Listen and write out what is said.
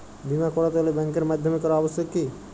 বিমা করাতে হলে ব্যাঙ্কের মাধ্যমে করা আবশ্যিক কি?